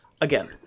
again